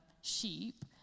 sheep